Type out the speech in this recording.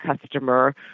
customer